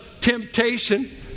temptation